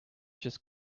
just